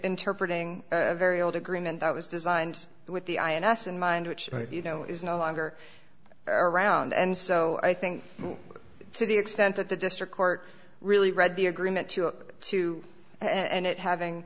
interpretating very old agreement that was designed with the ins in mind which you know is no longer around and so i think to the extent that the district court really read the agreement took two and it having